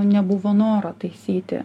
nebuvo noro taisyti